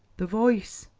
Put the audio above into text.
the voice,